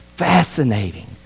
fascinating